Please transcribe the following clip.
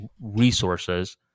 resources